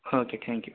okay thank you